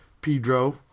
Pedro